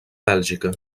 bèlgica